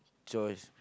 chores